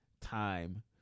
time